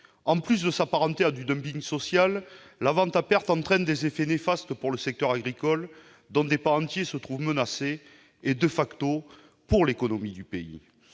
En plus de s'apparenter à du dumping social, la vente à perte a des effets néfastes sur le secteur agricole, dont des pans entiers se trouvent menacés, et sur l'économie du pays.